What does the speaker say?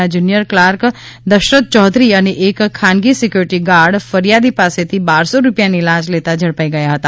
ના junior clerk Dashrath Chaudhary અને એક ખાનગી સિક્યુરીટી ગાર્ડ ફરિયાદી પાસેથી બારસો રૂપિયાની લાંચ લેતા ઝડપાઈ ગયા હતા